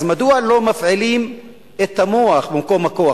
אז מדוע לא מפעילים את המוח במקום הכוח?